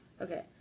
Okay